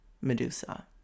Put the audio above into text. Medusa